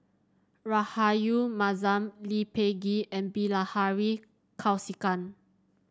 Rahayu Mahzam Lee Peh Gee and Bilahari Kausikan